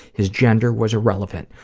his gender was irrelevant.